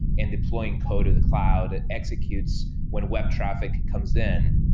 and deploying code to the cloud, it executes when web traffic comes in.